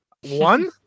one